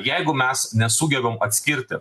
jeigu mes nesugebam atskirti